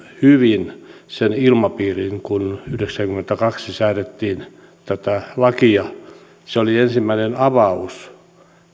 hyvin sen ilmapiirin kun yhdeksäänkymmeneenkahteen säädettiin tätä lakia se oli ensimmäinen avaus